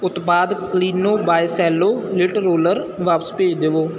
ਉਤਪਾਦ Clino by Cello lint roller ਵਾਪਸ ਭੇਜ ਦਵੋ